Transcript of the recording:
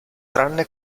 tranne